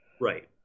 Right